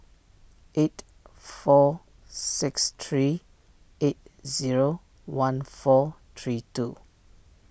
eight four six three eight zero one four three two